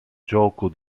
gioco